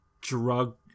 drug